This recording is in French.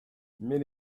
mais